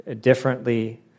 differently